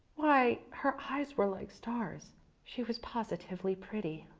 why, her eyes were like stars she was positively pretty.